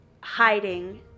hiding